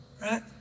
Right